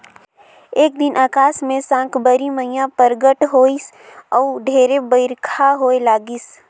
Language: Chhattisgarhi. एक दिन अकास मे साकंबरी मईया परगट होईस अउ ढेरे बईरखा होए लगिस